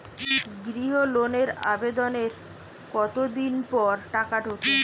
গৃহ লোনের আবেদনের কতদিন পর টাকা ঢোকে?